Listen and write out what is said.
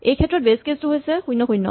এইক্ষেত্ৰত base case টো হৈছে ০ ০